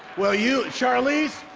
well, you charlize,